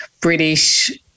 British